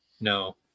no